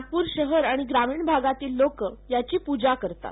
नागपूर शहर आणि ग्रामिण भागातील लोक याची पूजा करतात